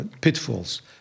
pitfalls